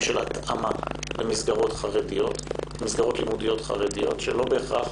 של התאמה במסגרות לימודים חרדיות שלא בהכרח